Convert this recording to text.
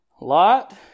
Lot